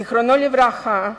זיכרונו לברכה,